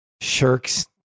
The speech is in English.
shirks